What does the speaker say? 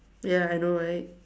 ya I know right